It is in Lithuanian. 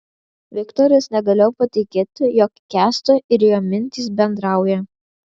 viktoras negalėjo patikėti jog kęsto ir jo mintys bendrauja